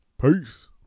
Peace